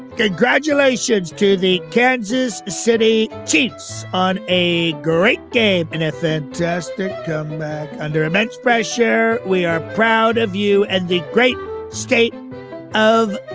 congratulations to the kansas city chiefs on a great game and a fantastic comeback under immense pressure. we are proud of you and the great state of.